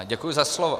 Děkuji za slovo.